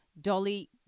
Dolly